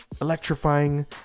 electrifying